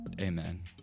Amen